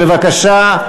בבקשה.